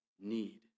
need